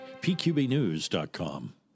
pqbnews.com